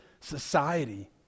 society